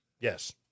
Yes